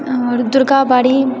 आओर दुर्गाबाड़ी